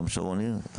גם שרון ניר?